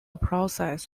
process